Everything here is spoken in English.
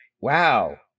Wow